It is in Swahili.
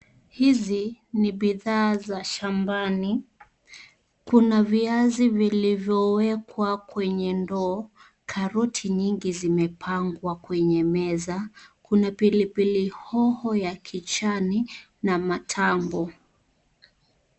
Hizi ni bidhaa za shambani. Kuna viazi vilivyo wekwa kwenye ndoo, karoti nyingi zimepangwa kwenye meza. Kuna pilipili hoho ya kijani na matango.